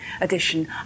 edition